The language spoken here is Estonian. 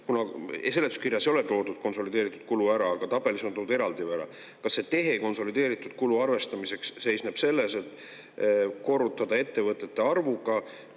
kuna seletuskirjas ei ole toodud konsolideeritud kulu ära, aga tabelis on toodud eraldi ära –, kas see tehe konsolideeritud kulu arvestamiseks seisneb selles, et korrutada ettevõtete arvuga